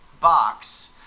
box